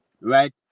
right